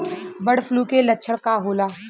Bird flu के लक्षण का होला?